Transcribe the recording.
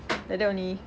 like that only